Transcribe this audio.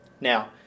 Now